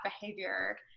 behavior